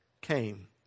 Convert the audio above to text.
came